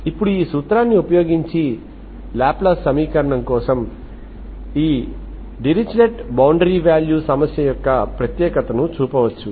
ఇప్పుడు ఈ సూత్రాన్ని ఉపయోగించి లాప్లాస్ సమీకరణం కోసం ఈ డిరిచ్లెట్ బౌండరీ వాల్యూ సమస్య యొక్క ప్రత్యేకతను చూపవచ్చు